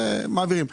מעבירים,